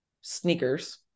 sneakers